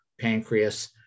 pancreas